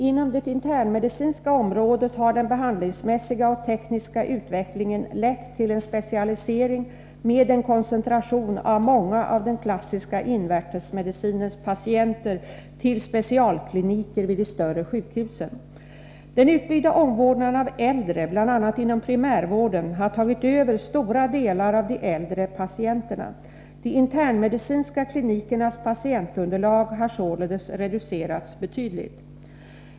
Inom det internmedicinska området har den behandlingsmässiga och tekniska utvecklingen lett till en specialisering med en koncentration av många av den klassiska invärtesmedicinens patienter till specialkliniker vid de större sjukhusen. Den utbyggda omvårdnaden av äldre, bl.a. inom primärvården, har tagit över en stor andel av de äldre patienterna. De internmedicinska klinikernas patientunderlag har således reducerats betydligt.